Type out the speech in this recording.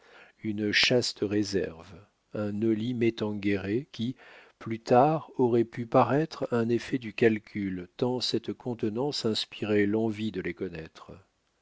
une chaste réserve un noli me tangere qui plus tard aurait pu paraître un effet du calcul tant cette contenance inspirait l'envie de les connaître